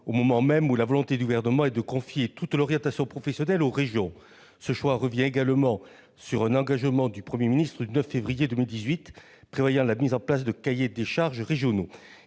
au moment même où la volonté du Gouvernement est de confier toute l'orientation professionnelle aux régions. Ce choix revient également sur un engagement du 9 février dernier du Premier ministre, qui annonçait la mise en place de cahiers des charges régionaux.